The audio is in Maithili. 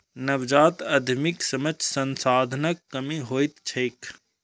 नवजात उद्यमीक समक्ष संसाधनक कमी होइत छैक